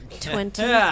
Twenty